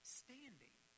standing